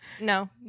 no